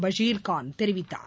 பஷீர் கான் தெரிவித்தார்